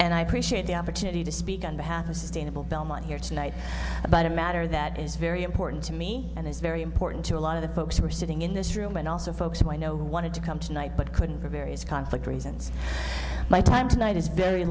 and i appreciate the opportunity to speak on behalf of sustainable bellman here tonight but a matter that is very important to me and is very important to a lot of the folks who are sitting in this room and also folks i know who wanted to come tonight but couldn't for various conflict reasons my time tonight is very